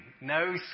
No